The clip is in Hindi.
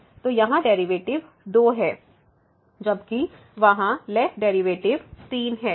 तो यहाँ डेरिवेटिव 2 है जबकि वहाँ लेफ्ट डेरीवेटिव 3 है और राइट डेरीवेटिव 2 है